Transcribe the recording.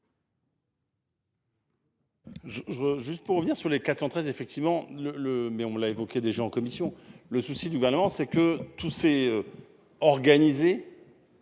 juste pour revenir sur les 413 effectivement le le mais on l'a évoqué des gens en commission le souci du gouvernement, c'est que tout s'est. Organisé.